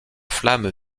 flamme